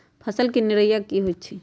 फसल के निराया की होइ छई?